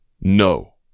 no